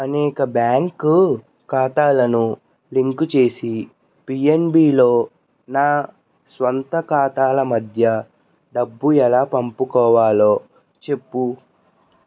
అనేక బ్యాంకు ఖాతాలను లింకు చేసి పిఎన్బిలో నా స్వంత ఖాతాల మధ్య డబ్బు ఎలా పంపుకోవాలో చెప్పు